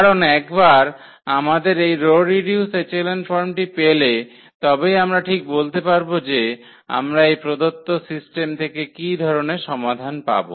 কারণ একবার আমাদের এই রো রিডিউস এচেলন ফর্মটি পেলে তবেই আমরা ঠিক বলতে পারব যে আমরা এই প্রদত্ত সিস্টেম থেকে কী ধরণের সমাধান পাব